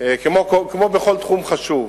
כמו בכל תחום חשוב,